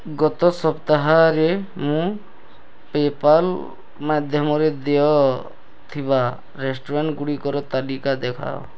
ଗତ ସପ୍ତାହରେ ମୁଁ ପେପାଲ୍ ମାଧ୍ୟମରେ ଦେୟ ଥିବା ରେଷ୍ଟୁରାଣ୍ଟ୍ ଗୁଡ଼ିକର ତାଲିକା ଦେଖାଅ